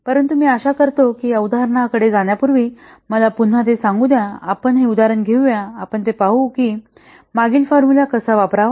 परंतु मी आशा करतो की या उदाहरणाकडे जाण्यापूर्वी मला पुन्हा ते सांगू द्या आपण हे उदाहरण घेऊया आपण हे पाहू की हे मागील फॉर्मुला कसा वापरावा